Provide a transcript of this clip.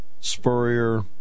Spurrier